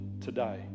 today